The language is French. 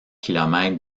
kilomètres